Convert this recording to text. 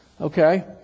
Okay